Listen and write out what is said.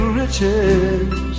riches